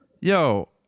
Yo